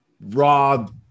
raw